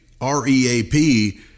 R-E-A-P